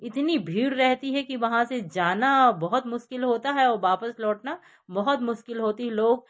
इतनी भीड़ रहती है कि वहाँ से जाना बहुत मुश्किल होता है और वापस लौटना बहुत मुश्किल होती है लोग